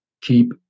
keep